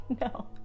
No